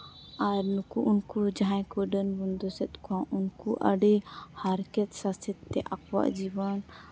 ᱟᱨ ᱱᱩᱠᱩ ᱩᱱᱠᱩ ᱡᱟᱦᱟᱸᱭ ᱠᱚ ᱰᱟᱹᱱ ᱵᱚᱱ ᱫᱳᱥᱮᱫ ᱠᱚᱣᱟ ᱩᱱᱠᱩ ᱟᱹᱰᱤ ᱦᱟᱨᱠᱮᱛ ᱥᱟᱥᱮᱛ ᱠᱟᱛᱮᱫ ᱟᱠᱚᱣᱟᱜ ᱡᱤᱵᱚᱱ